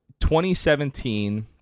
2017